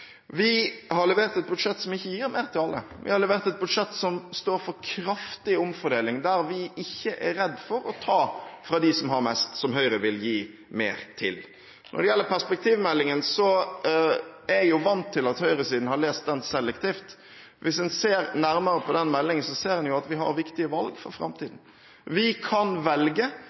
Vi har levert et budsjett som ikke gir mer til alle. Vi har levert et budsjett som står for kraftig omfordeling, der vi ikke er redd for å ta fra dem som har mest, som Høyre vil gi mer til. Når det gjelder perspektivmeldingen, er jeg vant til at høyresiden har lest den selektivt. Hvis en ser nærmere på denne meldingen, ser en at vi har viktige valg for framtiden. Vi kan velge